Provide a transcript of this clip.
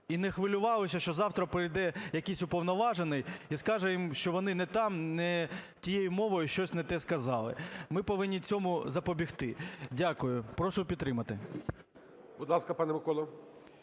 і не хвилювалися, що завтра прийде якийсь уповноважений і скаже їм, що вони не там, не тією мовою щось не те сказали. Ми повинні цьому запобігти. Дякую. Прошу підтримати. ГОЛОВУЮЧИЙ. Будь ласка, пане Миколо.